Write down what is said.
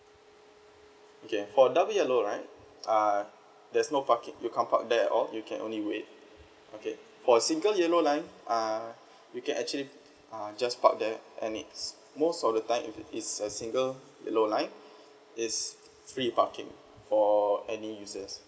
okay for double yellow line err there's no parking you can't park there at all you can only wait okay for single yellow line uh you can actually uh just park there and it's most of the time if it's a single yellow line is free parking or any users